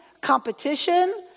competition